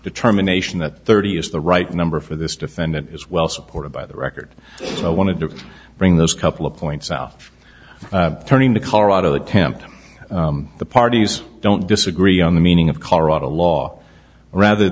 determination that thirty is the right number for this defendant is well supported by the record and i wanted to bring those couple of points out turning to colorado that tempt the parties don't disagree on the meaning of colorado law rather